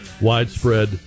widespread